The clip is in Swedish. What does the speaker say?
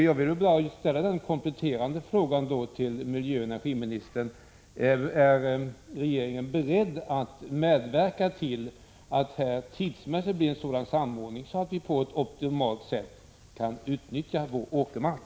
Jag vill bara ställa en kompletterande fråga till miljöoch energiministern: Är regeringen beredd att medverka till att det tidsmässigt blir en sådan samordning att vi på ett optimalt sätt kan utnyttja vår åkermark?